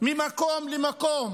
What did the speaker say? ממקום למקום